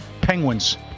Penguins